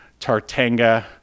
Tartanga